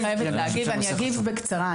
אני חייבת להגיב ואני אגיב בקצרה.